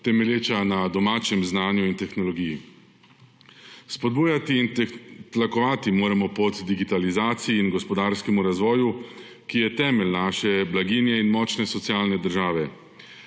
temelječa na domačem znanju in tehnologiji. Spodbujati in tlakovati moramo pot digitalizaciji in gospodarskemu razvoju, ki je temelj naše blaginje in močne socialne države.